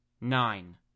Nine